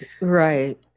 Right